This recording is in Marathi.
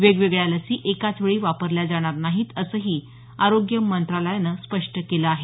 वेगवेगळ्या लसी एकाचवेळी वापरल्या जाणार नाहीत असंही आरोग्य मंत्रालयानं स्पष्ट केलं आहे